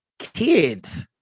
kids